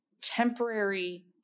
temporary